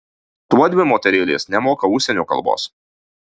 tuodvi moterėlės nemoka užsienio kalbos